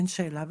אין שאלה.